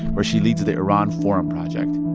where she leads the iran forum project.